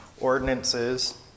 ordinances